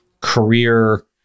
career